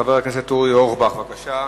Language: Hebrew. חבר הכנסת אורי אורבך, בבקשה,